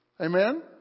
Amen